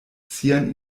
sian